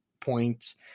points